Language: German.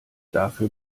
dafür